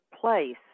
place